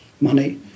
money